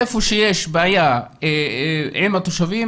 איפה שיש בעיה עם התושבים,